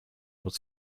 was